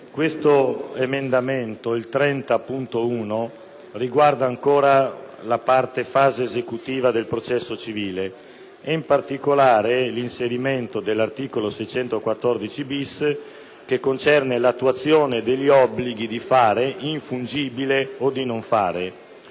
l’emendamento 30.1 riguarda ancora la parte relativa alla fase esecutiva del processo civile e, in particolare, l’inserimento dell’articolo 614-bis che concerne l’attuazione degli obblighi di fare infungibile o di non fare.